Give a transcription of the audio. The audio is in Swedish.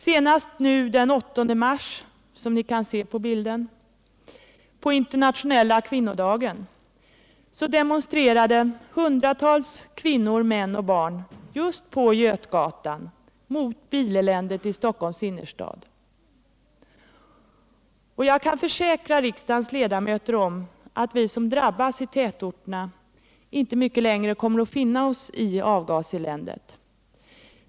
Senast den 8 mars, på internationella kvinnodagen, demonstrerade hundratals kvinnor, män och barn just på Götgatan mot bileländet i Stockholms innerstad — som vi kan se på bilderna på kammarens TV-skärm. Jag kan försäkra riksdagens ledamöter att vi som drabbas i tätorterna inte mycket längre kommer att finna oss i avgaseländet.